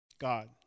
God